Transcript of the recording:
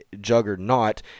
juggernaut